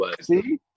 see